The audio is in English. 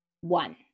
one